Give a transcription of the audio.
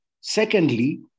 Secondly